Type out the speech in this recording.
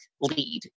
lead